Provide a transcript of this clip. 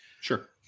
Sure